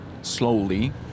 slowly